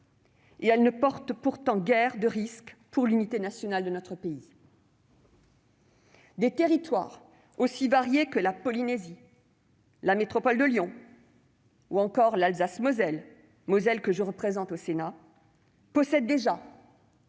différences ne portent guère de risques pour l'unité nationale de notre pays. Des territoires aussi variés que la Polynésie, la métropole de Lyon ou encore l'Alsace-Moselle- Moselle que je représente au Sénat -possèdent déjà